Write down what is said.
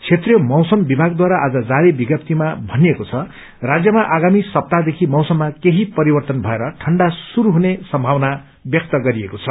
क्षेत्रीय मौसम विभागद्वारा आज जारी विज्ञप्तीमा भनिएको छ राज्यमा आगामी सत्ताहदेखि मौसममा केही परिवर्तन भएर ठण्डा श्रुरू हुने सम्थावना व्यक्त गरिएको छ